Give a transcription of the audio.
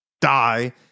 die